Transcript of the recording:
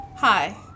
Hi